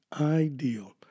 Ideal